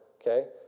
okay